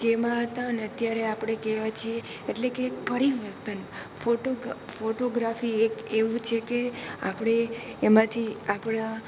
કેવાં હતાં અને અત્યારે આપણે કેવાં છીએ એટલે કે પરિવર્તન ફોટોગ્રાફી એક એવું છે કે આપણે એમાંથી આપણા